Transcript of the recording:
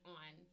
on